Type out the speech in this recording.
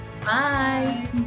bye